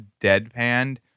deadpanned